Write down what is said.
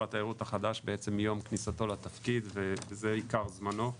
התיירות החדש בעצם מיום כניסתו לתפקיד ובזה עיקר זמנו.